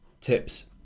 tips